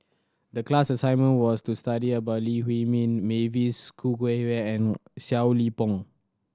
the class assignment was to study about Lee Huei Min Mavis Khoo Oei and Seow Lee Pong